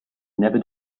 never